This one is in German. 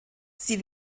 sie